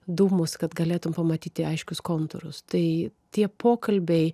dūmus kad galėtum pamatyti aiškius kontūrus tai tie pokalbiai